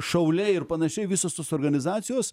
šauliai ir panašiai visos tos organizacijos